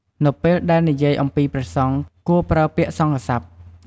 នៅពេលដែលនិយាយអំពីព្រះសង្ឃ គួរប្រើពាក្យសង្ឃស័ព្ទ។